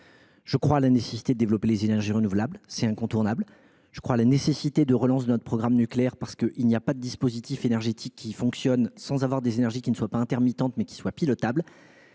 Je crois à la nécessité de développer les énergies renouvelables. C’est incontournable. Je crois à la nécessité de relance de notre programme nucléaire, parce qu’il n’y a pas de dispositif énergétique qui fonctionne sans énergies pilotables et non intermittentes. Derrière, nous